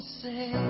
say